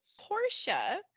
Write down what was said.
Portia